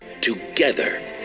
Together